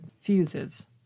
fuses